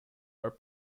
are